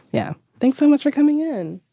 yeah. thanks so much for coming in.